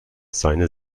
seine